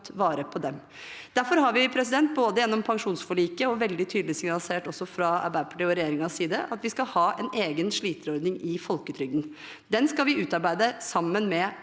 Derfor har vi, også gjennom pensjonsforliket, signalisert veldig tydelig fra Arbeiderpartiet og regjeringens side at vi skal ha en egen sliterordning i folketrygden. Den skal vi utarbeide sammen med